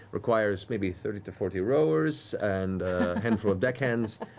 requires maybe thirty to forty rowers, and a handful of deck hands,